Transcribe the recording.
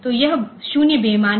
तो यह 0 बेमानी है